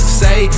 say